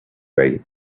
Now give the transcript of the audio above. way